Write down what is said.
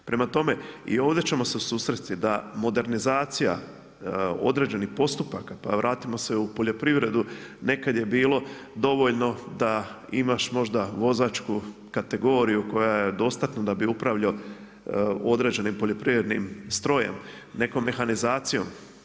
Prema tome i ovdje ćemo se susresti da modernizacija određenih postupaka, pa vratimo se u poljoprivredu, nekada je bilo dovoljno da imaš možda vozačku kategoriju koja je dostatna da bi upravljao određenim poljoprivrednim strojem, nekom mehanizacijom.